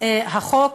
החוק